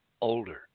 older